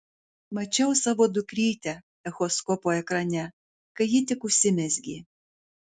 mačiau savo dukrytę echoskopo ekrane kai ji tik užsimezgė